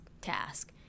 task